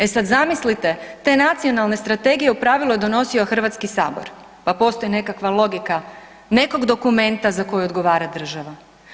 E sad zamislite, te nacionalne strategije u pravilu je donosio HS, pa postoji nekakva logika nekog dokumenta za koji odgovara država.